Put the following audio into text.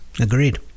Agreed